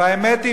והאמת היא,